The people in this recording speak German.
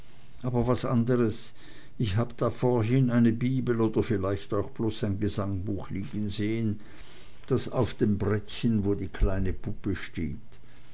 aber was anders ich habe da vorhin eine bibel oder vielleicht auch bloß ein gesangbuch liegen sehn da auf dem brettchen wo die kleine puppe steht